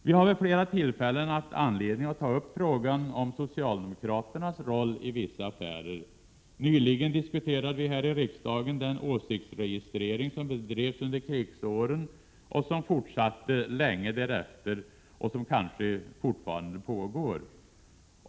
Vi har vid flera tillfällen haft anledning att ta upp frågan om socialdemokraternas roll i vissa affärer. Nyligen diskuterade vi här i riksdagen den åsiktsregistrering som bedrevs under krigsåren och som fortsatte länge därefter och kanske fortfarande pågår.